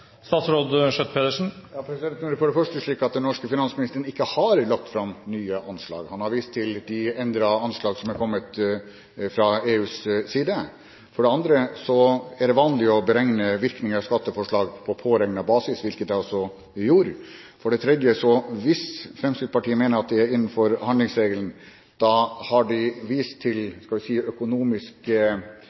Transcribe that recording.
det for det første slik at den norske finansministeren ikke har lagt fram nye anslag. Han har vist til de endrede anslag som er kommet fra EUs side. For det andre er det vanlig å beregne virkningen av skatteforslag på påregnet basis, hvilket jeg også gjorde. For det tredje: Hvis Fremskrittspartiet mener at de er innenfor handlingsregelen, da har de vist til – skal vi si